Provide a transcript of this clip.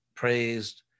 praised